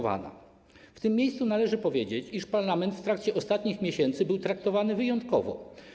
W tym miejscu należy powiedzieć, iż parlament w trakcie ostatnich miesięcy był traktowany wyjątkowo.